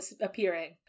appearing